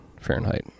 Fahrenheit